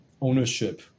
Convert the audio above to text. ownership